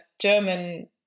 German